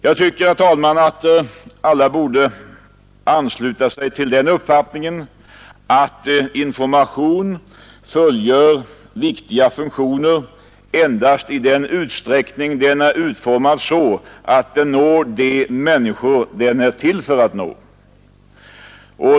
Jag tycker att alla borde ansluta sig till den uppfattningen att informationen fullgör viktiga funktioner endast i den utsträckning den är utformad så, att den når de människor den är till för att nå.